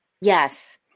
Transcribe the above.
Yes